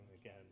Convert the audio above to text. again